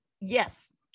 Yes